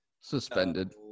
Suspended